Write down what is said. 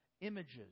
images